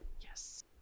Yes